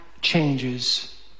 changes